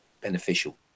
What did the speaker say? beneficial